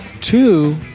Two